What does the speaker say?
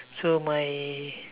so my